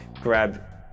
grab